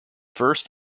first